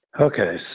Okay